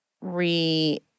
re